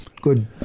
good